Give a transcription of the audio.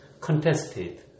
contested